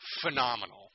phenomenal